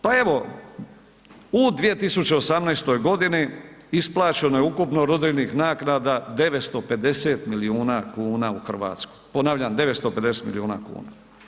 Pa evo, u 2018.g. isplaćeno je ukupno rodiljnih naknada 950 milijuna kuna u RH, ponavljam 950 milijuna kuna.